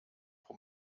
pro